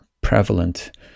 prevalent